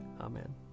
Amen